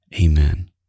Amen